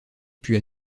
puis